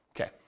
Okay